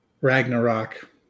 Ragnarok